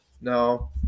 No